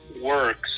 works